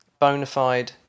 Bonafide